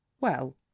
Well